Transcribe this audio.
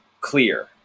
clear